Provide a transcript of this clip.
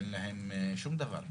אין להם שום דבר.